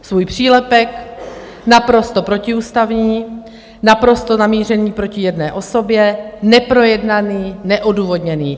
Svůj přílepek naprosto protiústavní, naprosto namířený proti jedné osobě, neprojednaný, neodůvodněný.